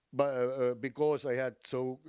but ah because i had so,